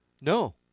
No